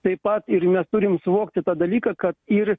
taip pat ir mes turim suvokti tą dalyką kad ir